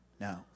No